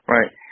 Right